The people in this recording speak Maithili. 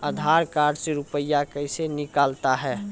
आधार कार्ड से रुपये कैसे निकलता हैं?